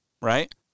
right